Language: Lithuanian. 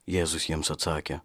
jėzus jiems atsakė